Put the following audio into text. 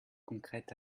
concrètes